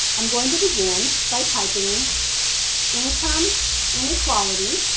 i'm going to begin by typing income inequality